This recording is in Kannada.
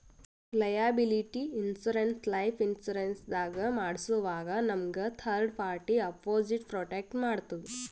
ಲಯಾಬಿಲಿಟಿ ಇನ್ಶೂರೆನ್ಸ್ ಲೈಫ್ ಇನ್ಶೂರೆನ್ಸ್ ದಾಗ್ ಮಾಡ್ಸೋವಾಗ್ ನಮ್ಗ್ ಥರ್ಡ್ ಪಾರ್ಟಿ ಅಪೊಸಿಟ್ ಪ್ರೊಟೆಕ್ಟ್ ಮಾಡ್ತದ್